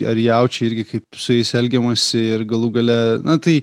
ar jaučiai irgi kaip su jais elgiamasi ir galų gale na tai